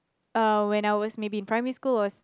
uh when I was maybe in primary school or